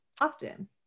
often